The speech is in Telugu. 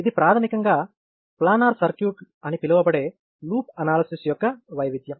ఇది ప్రాథమికంగా ప్లానర్ సర్క్యూట్ అని పిలవబడే లూప్ అనాలసిస్ యొక్క వైవిద్యం